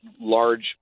large